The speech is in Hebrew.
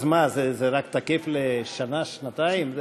אז מה, זה תקף רק לשנה-שנתיים?